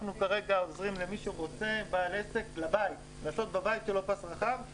אנחנו כרגע עוזרים לבעל עסק לעשות בבית שלו פס רחב אם יהיה סגר.